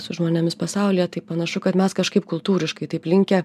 su žmonėmis pasaulyje tai panašu kad mes kažkaip kultūriškai taip linkę